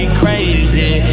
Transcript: crazy